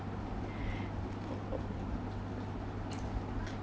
a person who thinks ahead